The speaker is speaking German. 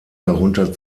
darunter